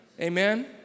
Amen